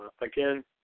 Again